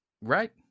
Right